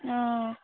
অঁ